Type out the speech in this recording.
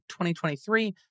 2023